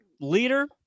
leader